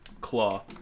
claw